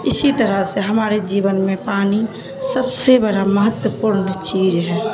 اسی طرح سے ہمارے جیون میں پانی سب سے بڑا مہتوپورن چیز ہے